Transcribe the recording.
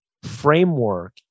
framework